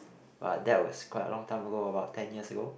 but that was quite a long time ago about ten years ago